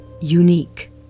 unique